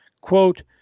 quote